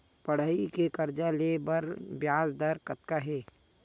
पढ़ई के कर्जा ले बर ब्याज दर कतका हे?